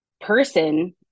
person